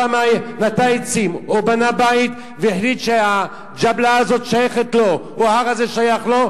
נטע עצים או בנה בית והחליט שהג'בלאה הזאת שייכת לו או ההר הזה שייך לו,